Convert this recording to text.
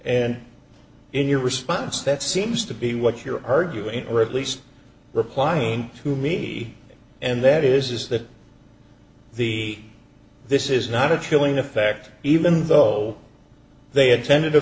and in your response that seems to be what you're arguing or at least replying to me and that is that the this is not a chilling effect even though they attended a